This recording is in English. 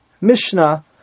Mishnah